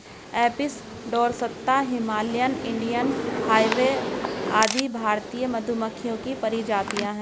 Apis dorsata, Himalayan, Indian hive आदि भारतीय मधुमक्खियों की प्रजातियां है